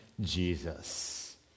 Jesus